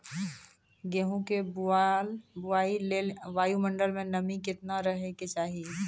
गेहूँ के बुआई लेल वायु मंडल मे नमी केतना रहे के चाहि?